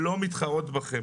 הן לא מתחרות בכן.